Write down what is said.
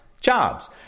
jobs